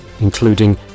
including